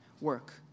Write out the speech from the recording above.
work